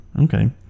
okay